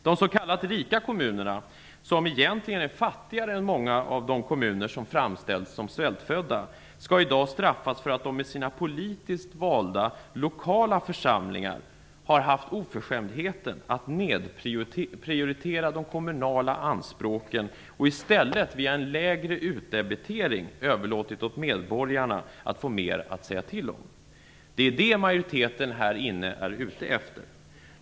De s.k. rika kommunerna, som egentligen är fattigare än många av de kommuner som framställts som svältfödda, skall i dag straffas för att de med sina politiskt valda lokala församlingar har haft oförskämdheten att nedprioritera de kommunala anspråken och i stället via en lägre utdebitering överlåtit på medborgarna att ha mer att säga till om. Det är det som majoriteten här är ute efter.